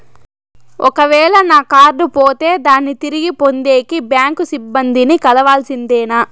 ఒక వేల నా కార్డు పోతే దాన్ని తిరిగి పొందేకి, బ్యాంకు సిబ్బంది ని కలవాల్సిందేనా?